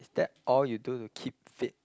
is that all you do to keep fit